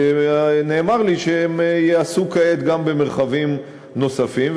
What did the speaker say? נאמר לי שהן ייעשו כעת גם במרחבים נוספים,